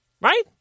right